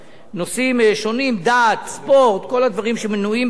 נושאים שונים, דת, ספורט, כל הדברים שמנויים בחוק,